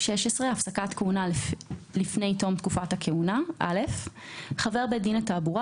הפסקת כהונה לפני תום תקופת הכהונה 116. חבר בית דין לתעבורה